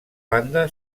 banda